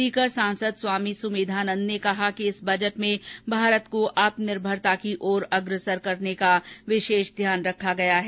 सीकर सांसद सुमेधानन्द ने कहा कि इस बजट में भारत को आत्मनिर्भरता की ओर अग्रसर करने का विशेष ध्यान रखा गया है